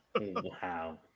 Wow